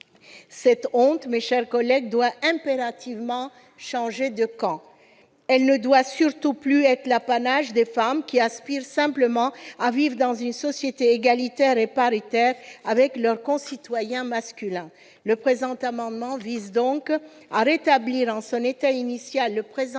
Cette honte, mes chers collègues, doit impérativement changer de camp ; elle ne doit surtout plus être l'apanage des femmes qui aspirent simplement à vivre dans une société égalitaire et paritaire avec leurs concitoyens masculins. Le présent amendement vise donc à rétablir dans son état initial le présent article